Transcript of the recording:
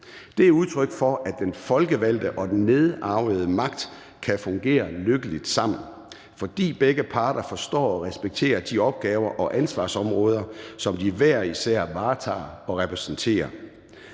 Det er udtryk for, at den folkevalgte og den nedarvede magt kan fungere lykkeligt sammen – fordi begge parter forstår og respekterer de opgaver og ansvarsområder, som de hver især varetager og repræsenterer.